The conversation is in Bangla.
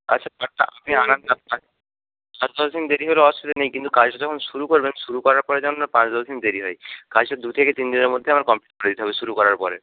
আচ্ছা তারটা পাঁচ দশদিন দেরি হলে অসুবিধা নেই কিন্তু কাজটা যখন শুরু করবেন শুরু করার পরে যেন না পাঁচ দশদিন দেরি হয় কাজটা দু থেকে তিনদিনের মধ্যে আমার কমপ্লিট করে দিতে হবে শুরু করার পরে